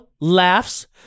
laughs